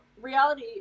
reality